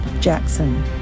Jackson